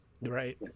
Right